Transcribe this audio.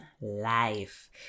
life